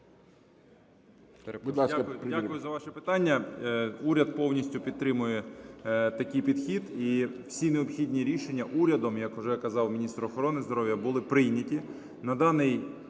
Дякую за ваше питання. Уряд повністю підтримує такий підхід, і всі необхідні рішення урядом, як вже казав міністр охорони здоров'я, були прийняті.